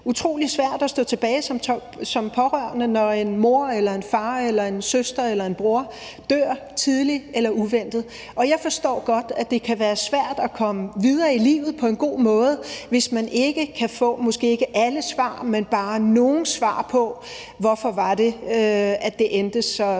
utrolig svært at stå tilbage som pårørende, når en mor eller en far eller en søster eller en bror dør tidligt eller uventet. Jeg forstår godt, det kan være svært at komme videre i livet på en god måde, hvis man ikke kan få måske ikke alle svar, men bare nogle svar på, hvorfor det endte så